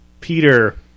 Peter